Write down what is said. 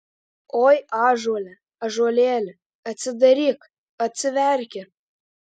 oi ąžuole ąžuolėli atsidaryk atsiverki